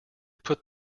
put